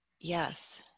Yes